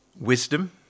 Wisdom